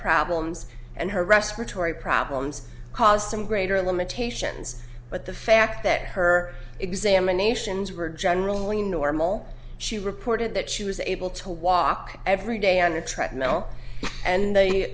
problems and her respiratory problems caused some greater limitations but the fact that her examinations were generally normal she reported that she was able to walk every day on a treadmill and they